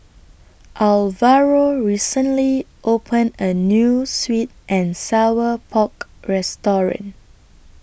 Alvaro recently opened A New Sweet and Sour Pork Restaurant